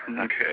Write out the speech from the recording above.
Okay